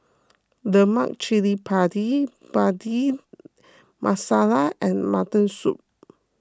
Lemak Cili Padi Bhindi Masala and Mutton Soup